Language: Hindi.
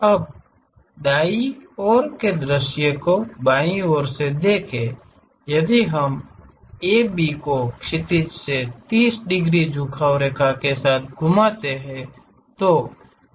अब दायीं ओर के दूसरे दृश्य को बायीं ओर से देखें यदि हम AB को क्षैतिज से 30 डिग्री झुकाव रेखा के साथ घूमते हुए देख रहे हैं